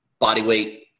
bodyweight